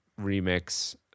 remix